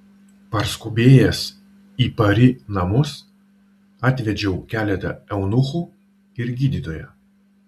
parskubėjęs į pari namus atvedžiau keletą eunuchų ir gydytoją